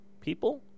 people